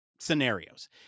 scenarios